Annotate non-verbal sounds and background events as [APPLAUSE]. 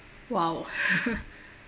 !wow! [LAUGHS]